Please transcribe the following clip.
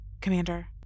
Commander